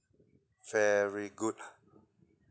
very good ah